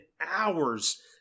hours